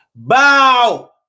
Bow